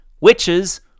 witches